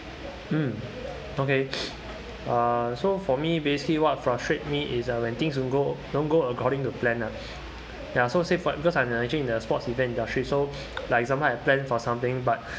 mm okay uh so for me basically what frustrates me is uh when things don't go don't go according to plan lah ya so say for e~ because I'm actually in the sports event industry so like example I plan for something but